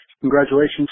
Congratulations